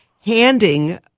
handing